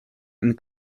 and